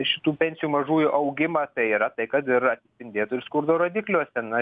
šitų pensijų mažųjų augimą tai yra tai kad ir atsispindėtų ir skurdo rodikliuose na